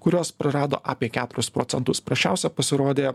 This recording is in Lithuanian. kurios prarado apie keturis procentus prasčiausia pasirodė